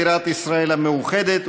בירת ישראל המאוחדת,